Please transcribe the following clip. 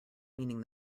meaning